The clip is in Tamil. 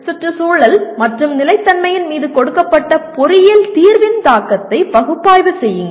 சுற்றுச்சூழல் மற்றும் நிலைத்தன்மையின் மீது கொடுக்கப்பட்ட பொறியியல் தீர்வின் தாக்கத்தை பகுப்பாய்வு செய்யுங்கள்